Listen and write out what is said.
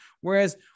Whereas